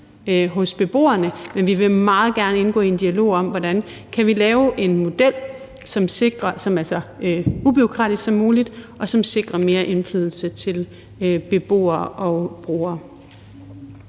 hos beboerne. Men vi vil meget gerne indgå i en dialog om, hvordan vi kan lave en model, som er så ubureaukratisk som muligt, og som sikrer mere indflydelse til beboere og brugere.